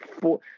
four